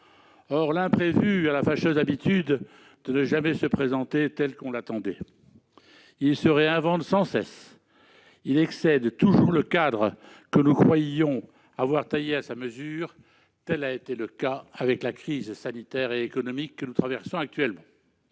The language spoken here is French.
Or l'imprévu a la fâcheuse habitude de ne jamais se présenter tel qu'on l'attendait. Il se réinvente sans cesse. Il excède toujours le cadre que nous croyions avoir taillé à sa mesure. Tel a été le cas avec la crise sanitaire et économique que nous traversons actuellement.